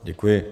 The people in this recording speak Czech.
Děkuji.